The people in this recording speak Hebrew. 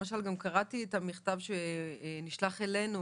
למשל גם קראתי את המכתב שנשלח אלינו